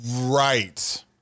right